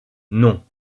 non